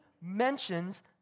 mentions